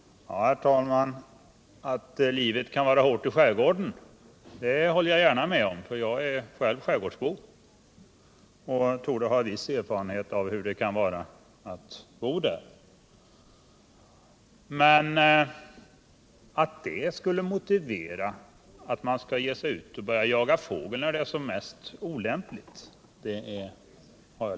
Ja, herr talman, jag håller gärna med om att livet kan vara hårt i skärgården. Jag är själv skärgårdsbo och torde ha viss erfarenhet av hur det kan vara att bo där. Men jag har litet svårt att förstå att det skulle motivera att man skall ge sig ut och jaga fågel när det är som mest olämpligt.